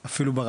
אבל אפילו אל